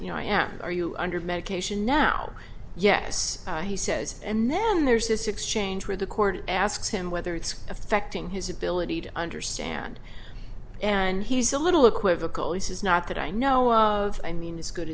ou know i am are you under medication now yes he says and then there's this exchange where the court asks him whether it's affecting his ability to understand and he's a little equivocal he says not that i know of i mean as good